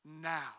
now